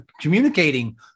communicating